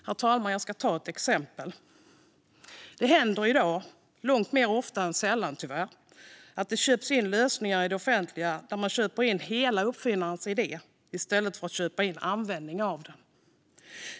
Herr talman! Låt mig ge ett exempel. Det händer i dag, långt mer ofta än sällan tyvärr, att det tas in lösningar i det offentliga där man köper uppfinnarens idé i stället för att köpa in användningen av den.